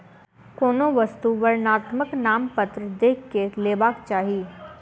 कोनो वस्तु वर्णनात्मक नामपत्र देख के लेबाक चाही